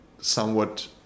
somewhat